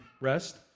rest